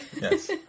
Yes